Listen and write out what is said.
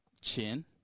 Chin